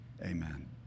Amen